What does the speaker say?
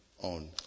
on